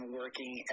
working